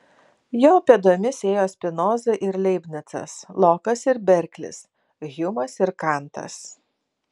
jo pėdomis ėjo spinoza ir leibnicas lokas ir berklis hjumas ir kantas